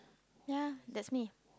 ya that's me